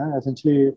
Essentially